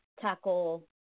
tackle